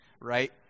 right